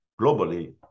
globally